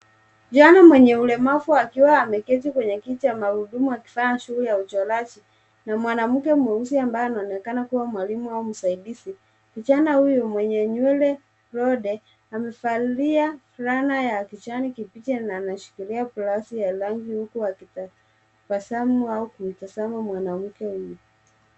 Kijana mwenye ulemavu akiwa ameketi kwenye kiti cha magurudumu, wakifanya shughuli ya uchoraji na mwanamke mweusi ambaye anaonekana kuwa mwalimu au msaidizi. Kijana huyu mwenye nywele rode amevalia fulana ya kijani kibichi na anashikilia glasi ya rangi huku akitabasamu au kumtazama mwanamke huyo.